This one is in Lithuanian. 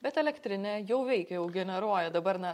bet elektrinė jau veikia jau generuoja dabar na